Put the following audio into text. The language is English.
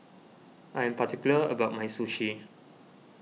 I am particular about my Sushi